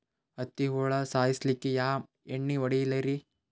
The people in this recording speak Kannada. ಹತ್ತಿ ಹುಳ ಸಾಯ್ಸಲ್ಲಿಕ್ಕಿ ಯಾ ಎಣ್ಣಿ ಹೊಡಿಲಿರಿ?